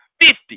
Fifty